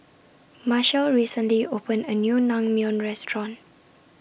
Marshal recently opened A New Naengmyeon Restaurant